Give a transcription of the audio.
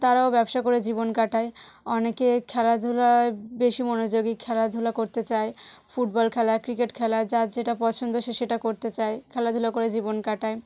তারাও ব্যবসা করে জীবন কাটায় অনেকে খেলাধূলায় বেশি মনোযোগী খেলাধূলা করতে চায় ফুটবল খেলা ক্রিকেট খেলা যার যেটা পছন্দ সে সেটা করতে চায় খেলাধুলো করে জীবন কাটায়